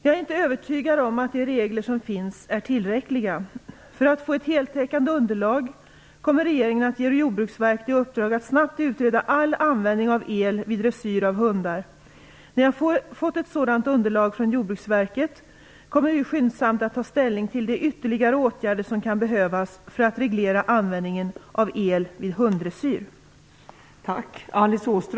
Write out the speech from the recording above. Jag är inte övertygad om att de regler som finns är tillräckliga. För att få ett heltäckande underlag kommer regeringen att ge Jordbruksverket i uppdrag att snabbt utreda all användning av el vid dressyr av hundar. När jag fått ett sådant underlag från Jordbruksverket kommer vi skyndsamt att ta ställning till de ytterligare åtgärder som kan behövas för att reglera användningen av el vid hunddressyr.